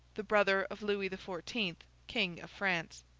the brother of louis the fourteenth, king of france.